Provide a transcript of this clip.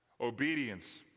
Obedience